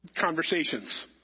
conversations